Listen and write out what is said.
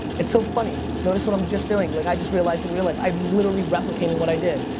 it's so funny. notice what i'm just doing. like i just realized in real life, i'm literally replicating what i did.